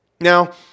Now